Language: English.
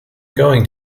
going